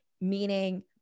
meaning